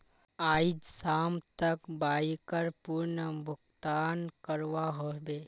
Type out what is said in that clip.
आइज शाम तक बाइकर पूर्ण भुक्तान करवा ह बे